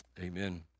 amen